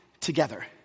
together